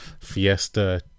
fiesta